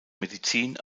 medizin